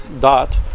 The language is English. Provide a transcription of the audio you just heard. dot